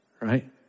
right